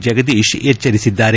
ಜಗದೀಶ್ ಎಚ್ಚರಿಸಿದ್ದಾರೆ